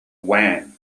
wham